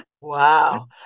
Wow